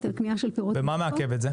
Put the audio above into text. על קנייה של פירות וירקות --- ומה מעכב את זה?